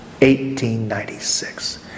1896